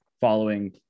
following